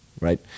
right